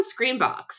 Screenbox